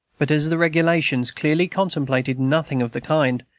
but as the regulations clearly contemplated nothing of the kind,